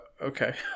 okay